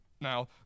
Now